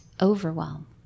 overwhelm